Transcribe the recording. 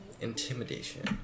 Intimidation